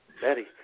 Betty